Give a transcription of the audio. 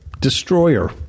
destroyer